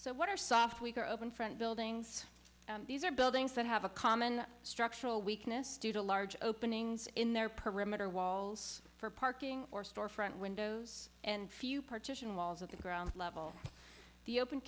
so what are soft weaker open front buildings these are buildings that have a common structural weakness due to large openings in their perimeter walls for parking or storefront windows and few partition walls of the ground level the open